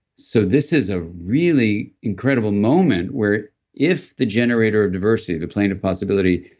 so this is a really incredible moment, where if the generator of diversity, the plane of possibility,